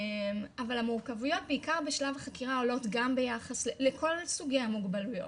אבל המורכבויות בעיקר בשלב החקירה עולות גם ביחס לכל סוגי המוגבלויות,